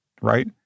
right